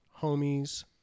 homies